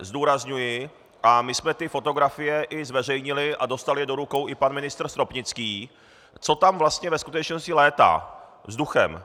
Zdůrazňuji, a my jsme ty fotografie i zveřejnili a dostal je do rukou i pan ministr Stropnický, co tam vlastně ve skutečnosti létá vzduchem.